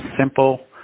simple